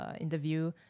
interview